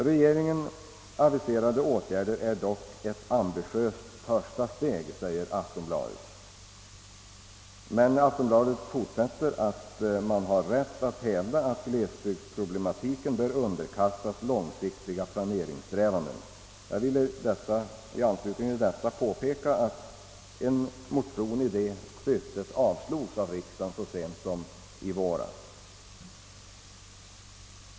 Regeringens aviserade åtgärder är ett ambitiöst första steg, menar Afonbladet men säger i fortsättningen att man har rätt att hävda att glesbygdsproblematiken bör underkastas långsiktiga planeringssträvanden. Jag vill i anslutning till detta påpeka att en motion i det syftet avslogs av riksdagen så sent som i våras.